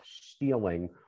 stealing